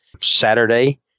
Saturday